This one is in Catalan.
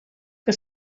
que